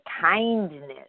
kindness